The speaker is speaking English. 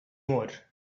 more